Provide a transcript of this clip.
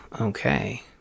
okay